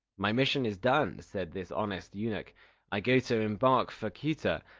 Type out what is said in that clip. my mission is done said this honest eunuch i go to embark for ceuta,